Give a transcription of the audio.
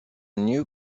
new